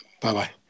Bye-bye